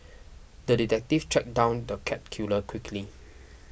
the detective tracked down the cat killer quickly